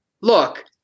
look